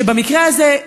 כשבמקרה הזה,